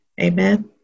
Amen